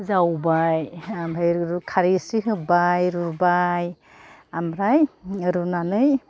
जावबाय ओमफ्राय खारै एसे होबाय रुबाय ओमफ्राय रुनानै